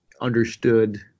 understood